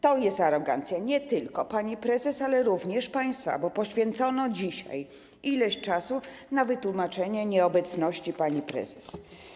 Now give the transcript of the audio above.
To jest arogancja nie tylko pani prezes, ale również państwa, bo poświęcono dzisiaj ileś czasu na wytłumaczenie nieobecności pani prezes.